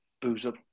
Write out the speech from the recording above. booze-up